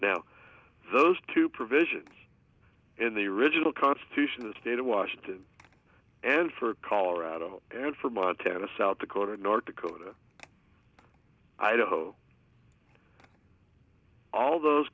now those two provisions in the original constitution the state of washington and for colorado and for montana south dakota north dakota i don't know all those